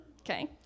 okay